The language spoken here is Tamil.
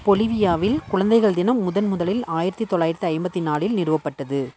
பொலிவியாவில் குழந்தைகள் தினம் முதன் முதலில் ஆயிரத்து தொள்ளாயிரத்து ஐம்பத்து நாளில் நிறுவப்பட்டது